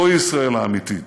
זו ישראל האמיתית,